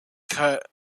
cut